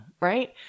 right